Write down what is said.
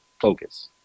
focus